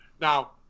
Now